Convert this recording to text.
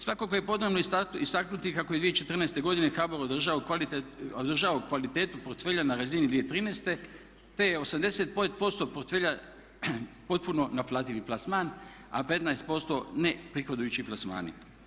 Svakako je potrebno istaknuti kako je 2014. godine HBOR održao kvalitetu portfelja na razini 2013., te je 80% portfelja potpuno naplativi plasman, a 15% neprihodujući plasmani.